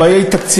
הבעיה היא תקציבית.